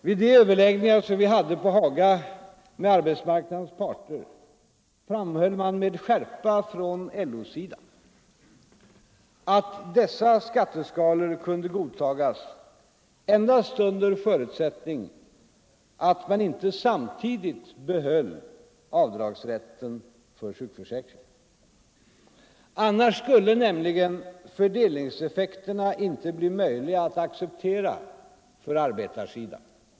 Vid de överläggningar som vi hade på Haga med arbetsmarknadens parter framhöll man med skärpa från LO-sidan att dessa skatteskalor kunde godtagas endast under förutsättning att man inte samtidigt behöll avdragsrätten för sjukförsäkringen. Annars skulle nämligen fördelningseffekterna icke bli möjliga att acceptera för arbetarsidan.